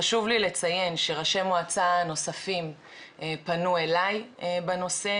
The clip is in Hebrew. חשוב לי לציין שראשי מועצה נוספים פנו אליי בנושא,